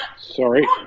Sorry